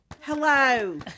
Hello